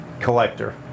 collector